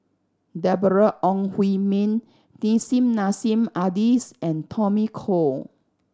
Deborah Ong Hui Min Nissim Nassim Adis and Tommy Koh